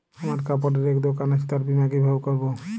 আমার কাপড়ের এক দোকান আছে তার বীমা কিভাবে করবো?